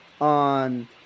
on